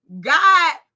god